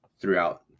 throughout